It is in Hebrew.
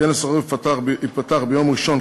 כנס החורף ייפתח ביום ראשון,